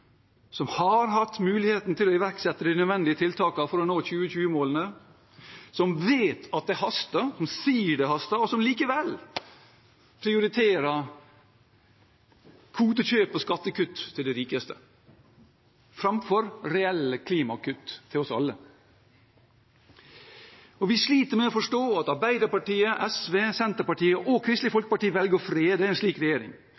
som har hatt muligheten til å iverksette de nødvendige tiltakene for å nå 2020-målene, som vet at det haster, som sier at det haster, men som likevel prioriterer kvotekjøp og skattekutt til de rikeste framfor reelle klimakutt til oss alle. Vi sliter med å forstå at Arbeiderpartiet, SV, Senterpartiet og Kristelig Folkeparti velger å frede en slik regjering.